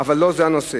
אבל לא זה הנושא.